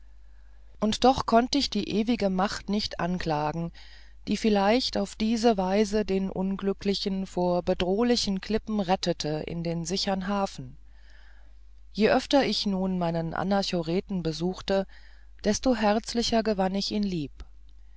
und doch konnt ich die ewige macht nicht anklagen die vielleicht auf diese weise den unglücklichen vor bedrohlichen klippen rettete in den sichern hafen je öfter ich nun meinen anachoreten besuchte desto herzlicher gewann ich ihn lieb